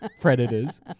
predators